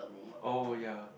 oh ya